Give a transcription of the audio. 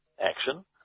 action